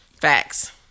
Facts